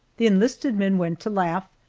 the enlisted men went to laugh,